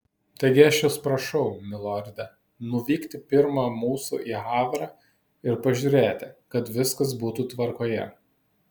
taigi aš jus prašau milorde nuvykti pirma mūsų į havrą ir prižiūrėti kad viskas būtų tvarkoje